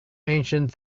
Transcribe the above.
ancient